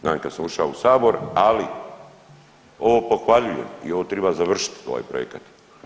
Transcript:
Znam kad sam ušao u Sabor, ali ovo pohvaljujem i ovo triba završiti ovaj projekat.